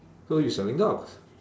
so you selling dogs